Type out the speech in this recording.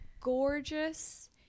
gorgeous